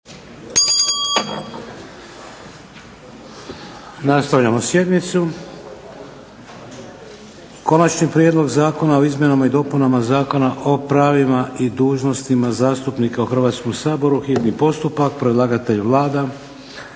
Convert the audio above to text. Nastavljamo sjednicu. - Konačni prijedlog zakona o izmjenama i dopunama zakona o pravima i dužnostima zastupnika u Hrvatskom saboru, hitni postupak, prvo